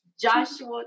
Joshua